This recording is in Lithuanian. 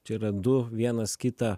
tėra du vienas kitą